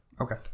okay